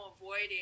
avoiding